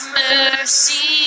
mercy